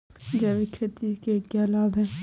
जैविक खेती के क्या लाभ हैं?